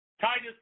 Titus